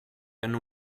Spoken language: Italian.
hanno